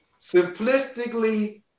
Simplistically